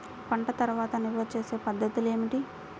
పంట తర్వాత నిల్వ చేసే పద్ధతులు ఏమిటి?